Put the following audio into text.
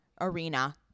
arena